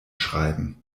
schreiben